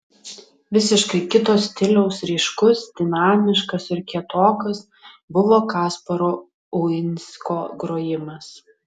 visiškai kito stiliaus ryškus dinamiškas ir kietokas buvo kasparo uinsko grojimas